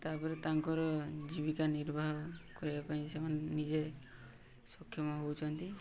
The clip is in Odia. ତାପରେ ତାଙ୍କର ଜୀବିକା ନିର୍ବାହ କରିବା ପାଇଁ ସେମାନେ ନିଜେ ସକ୍ଷମ ହେଉଛନ୍ତି